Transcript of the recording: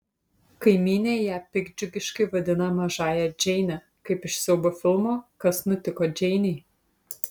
kaimynė ją piktdžiugiškai vadina mažąja džeine kaip iš siaubo filmo kas nutiko džeinei